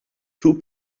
two